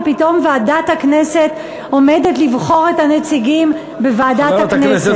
שפתאום ועדת הכנסת עומדת לבחור את הנציגים בוועדת הכנסת?